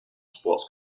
sports